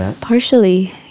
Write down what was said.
Partially